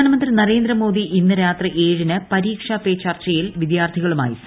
പ്രധാനമന്ത്രി നരേന്ദ്രമോദി ഇന്ന് രാത്രി ഏഴിന് ന് പരീക്ഷാ പേ ചർച്ചയിൽ വിദ്യാർത്ഥികളുമായി സംവദിക്കും